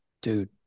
dude